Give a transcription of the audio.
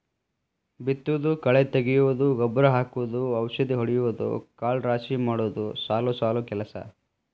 ಬಿತ್ತುದು ಕಳೆ ತಗಿಯುದು ಗೊಬ್ಬರಾ ಹಾಕುದು ಔಷದಿ ಹೊಡಿಯುದು ಕಾಳ ರಾಶಿ ಮಾಡುದು ಸಾಲು ಸಾಲು ಕೆಲಸಾ